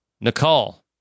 Nicole